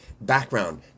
background